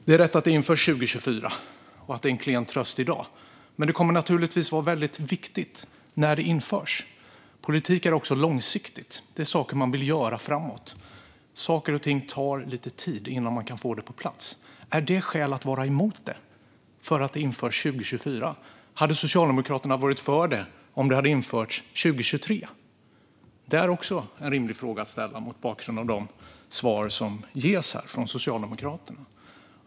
Det är rätt att det införs 2024 och att det är en klen tröst i dag, men det kommer naturligtvis att vara väldigt viktigt när det införs. Politik är också långsiktighet. Det är saker man vill göra framåt. Det tar lite tid innan man kan få saker och ting på plats. Är det skäl nog att vara emot det, att det införs 2024? Hade Socialdemokraterna varit för det om det hade införts 2023? Det är också en rimlig fråga att ställa mot bakgrund av de svar som ges här från Socialdemokraterna.